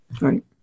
Right